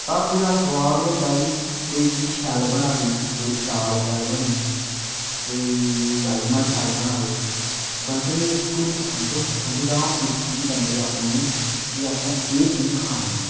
ढाबें दा सौआद एह् होंदा कि कोई चीज शैल बना दी कोई दाल शैल बनी गेई कोई राजमाह् शैल बना दे बंदे गी इक्क कोई इक्क पसंदीदा होंदी कोई चीज बंदे गी अपने गी के असें एह् चीज खानी ऐ